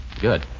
Good